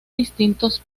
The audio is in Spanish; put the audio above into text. distintos